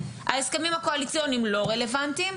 ההסכמים הקואליציוניים לא רלוונטיים,